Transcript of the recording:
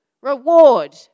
Reward